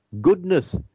goodness